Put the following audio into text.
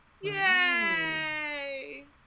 Yay